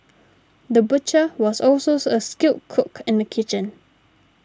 the butcher was also a skilled cook in the kitchen